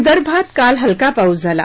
विदर्भात काल हलका पाऊस झाला